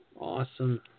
Awesome